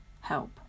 help